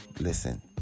listen